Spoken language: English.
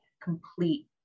Complete